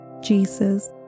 Jesus